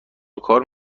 کار